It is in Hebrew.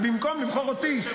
ובמקום לבחור אותי,